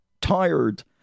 tired